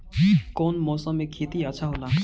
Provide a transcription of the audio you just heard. कौन मौसम मे खेती अच्छा होला?